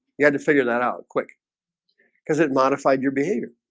you had to figure that out quick because it modified your behavior